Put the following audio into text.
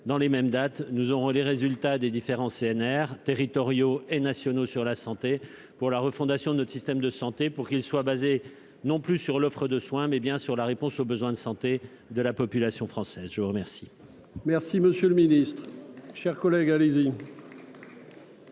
dans les mêmes dates, nous aurons les résultats des différents CNR territoriaux et nationaux sur la santé pour la refondation de notre système de santé pour qu'il soit basée non plus sur l'offre de soins, mais bien sur la réponse aux besoins de santé de la population française, je vous remercie. Merci, monsieur le Ministre, chers collègues, allez-y.